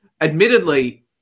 admittedly